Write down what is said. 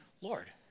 Lord